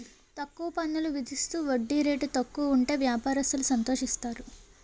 తక్కువ పన్నులు విధిస్తూ వడ్డీ రేటు తక్కువ ఉంటే వ్యాపారస్తులు సంతోషిస్తారు